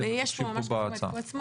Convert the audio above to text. מה אתם מבקשים פה בהצעה.